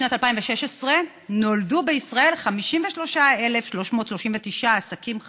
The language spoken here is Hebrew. בשנת 2016 נולדו בישראל 53,339 עסקים חדשים,